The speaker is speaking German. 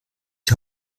die